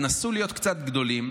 תנסו להית קצת גדולים,